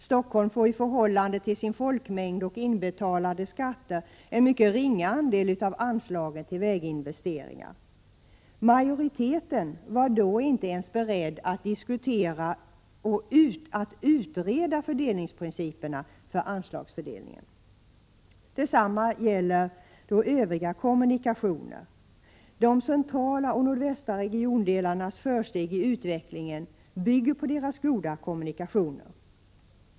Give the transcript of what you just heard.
Stockholm får i förhållande till sin folkmängd och inbetalade skatter en mycket ringa andel av anslagen till väginvesteringar. Majoriteten var då inte ens beredd att utreda fördelningsprinciperna för anslagsfördelningen. Detsamma gäller övriga kommunikationer. De centrala och nordvästra regiondelarnas försteg i utvecklingen bygger på deras goda kommunikationer.